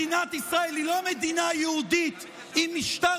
מדינת ישראל היא לא מדינה יהודית עם משטר